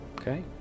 Okay